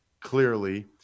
clearly